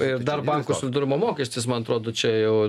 ir dar banko solidarumo mokestis man atrodo čia jau